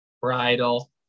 bridal